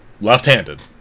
left-handed